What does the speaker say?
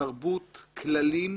התרבות כלליים